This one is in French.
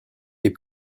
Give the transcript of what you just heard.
les